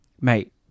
Mate